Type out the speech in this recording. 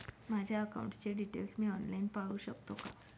माझ्या अकाउंटचे डिटेल्स मी ऑनलाईन पाहू शकतो का?